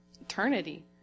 eternity